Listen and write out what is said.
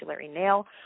nail